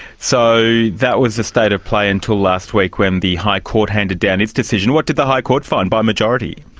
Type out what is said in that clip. so that was the state of play until last week when the high court handed down its decision. what did the high court find by majority?